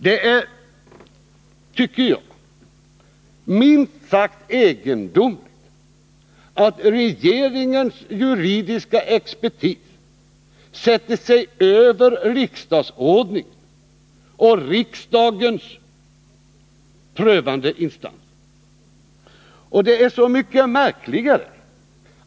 Det är, tycker jag, minst sagt egendomligt att regeringens juridiska expertis sätter sig över riksdagsordningen och riksdagens prövande instans.